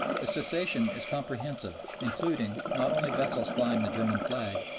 the cession is comprehensive, including not only vessels flying the german flag,